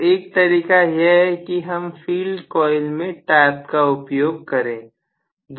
तो एक तरीका यह है कि हम फील्ड कॉइल में टैप का उपयोग करें